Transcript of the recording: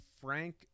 Frank